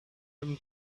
him